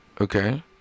okay